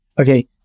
Okay